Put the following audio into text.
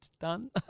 done